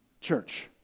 church